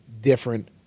different